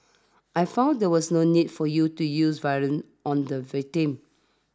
I find there was no need for you to use violence on the victim